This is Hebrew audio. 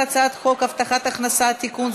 על הצעת חוק הבטחת הכנסה (תיקון,